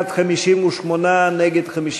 מי נגד?